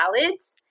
salads